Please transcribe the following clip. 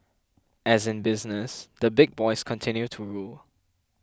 as in business the big boys continue to rule